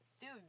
Dude